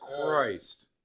Christ